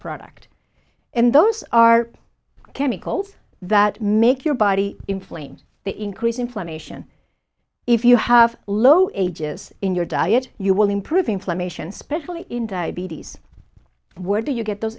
product and those are chemicals that make your body inflamed the increase inflammation if you have low ages in your diet you will improve inflammation specially in diabetes where do you get those